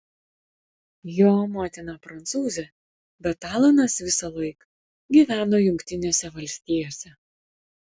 jo motina prancūzė bet alanas visąlaik gyveno jungtinėse valstijose